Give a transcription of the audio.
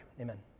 Amen